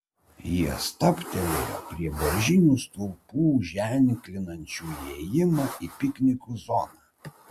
jie stabtelėjo prie beržinių stulpų ženklinančių įėjimą į piknikų zoną